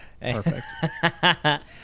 perfect